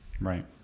Right